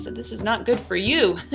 this is not good for you.